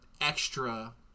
extra